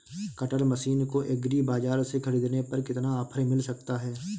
Cutter machine को agri बाजार से ख़रीदने पर कितना ऑफर मिल सकता है?